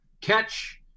catch